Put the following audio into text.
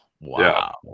Wow